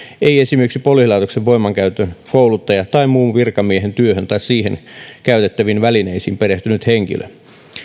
ei esimerkiksi poliisilaitoksen voimankäytön kouluttaja tai muu virkamiehen työhön tai siinä käytettäviin välineisiin perehtynyt henkilö